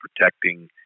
protecting